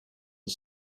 are